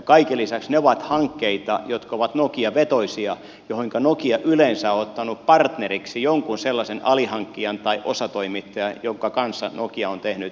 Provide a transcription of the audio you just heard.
kaiken lisäksi ne ovat hankkeita jotka ovat nokia vetoisia joihinka nokia yleensä on ottanut partneriksi jonkun sellaisen alihankkijan tai osatoimittajan jonka kanssa nokia on tehnyt yhteistyötä